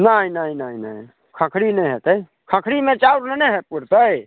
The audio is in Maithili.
नहि नहि नहि नहि खखरी नहि होयतै खखरीमे चाउर नहि ने हे पुरतै